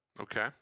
Okay